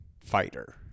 fighter